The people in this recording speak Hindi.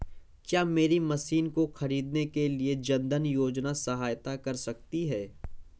क्या मेरी मशीन को ख़रीदने के लिए जन धन योजना सहायता कर सकती है?